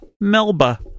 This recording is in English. Melba